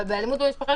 אבל באלימות במשפחה,